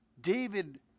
David